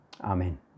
Amen